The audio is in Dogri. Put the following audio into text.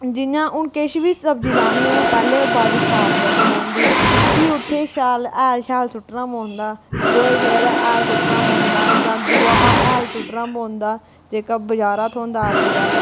जि'यां हून किश बी सब्जी लानी होऐ पैह्लें ओह् बाड़ी साफ करना पौंदी भी उत्थै शैल हैल शैल सु'ट्टना पौंदा गोहे शोहे दा हैल सु'ट्टना पौंदा जां दूआ हैल सु'ट्टना पौंदा जेह्का बजारा थ्होंदा अजकल